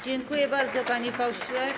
Dziękuję bardzo, panie pośle.